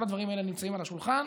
כל הדברים האלה נמצאים על השולחן.